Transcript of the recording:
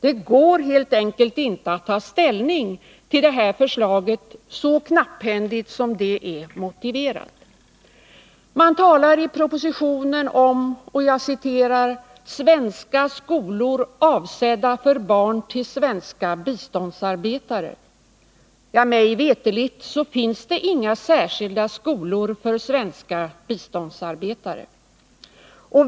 Det går helt enkelt inte att ta ställning till det här förslaget, så knapphändigt som det är motiverat. Man talar i propositionen om ”svenska skolor avsedda för barn till svenska biståndsarbetare”. Mig veterligt finns det inga särskilda skolor för svenska biståndsarbetare.